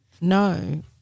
No